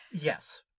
Yes